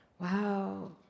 Wow